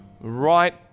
right